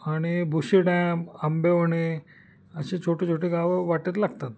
आणि बुशी डॅम आंबेवणे असे छोटे छोटे गावं वाटेत लागतात